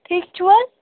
ٹھیٖک چھُو حظ